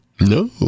No